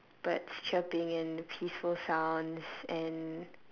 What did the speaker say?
birds chirping and the peaceful sounds and